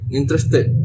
interested